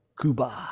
kuba